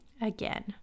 again